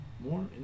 More